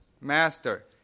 Master